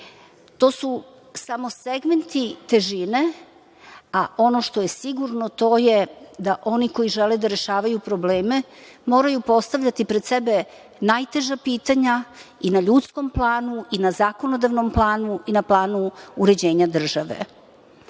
to su samo segmenti težine, a ono što je sigurno, to je da oni koji žele da rešavaju probleme moraju postavljati pred sebe najteža pitanja i na ljudskom planu i na zakonodavnom planu i na planu uređenja države. Ja